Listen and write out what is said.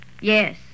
Yes